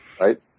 Right